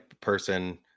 person